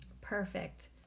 Perfect